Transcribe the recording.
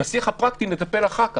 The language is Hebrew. בשיח הפרקטי נטפל אחר כך,